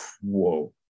Whoa